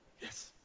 Yes